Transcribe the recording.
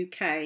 UK